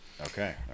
okay